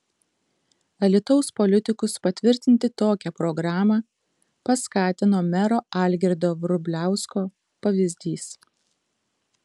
alytaus politikus patvirtinti tokią programą paskatino mero algirdo vrubliausko pavyzdys